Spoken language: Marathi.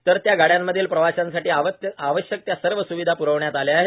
तर त्या गाड्यांमधील प्रवाशांसाठी आवश्यक त्या सर्व सुविधा प्रवण्यात आल्या आहेत